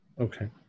Okay